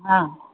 हाँ